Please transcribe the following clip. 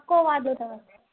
पको वादो अथव